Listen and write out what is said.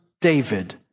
David